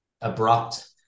abrupt